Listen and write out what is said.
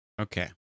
Okay